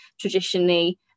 traditionally